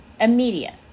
Immediate